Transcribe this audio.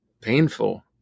painful